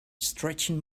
stretching